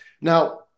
Now